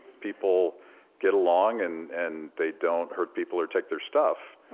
people get along, and and they don't hurt people or take their stuff.